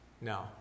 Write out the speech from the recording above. No